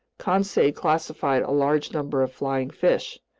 conseil classified a large number of flying fish.